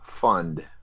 fund